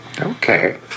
Okay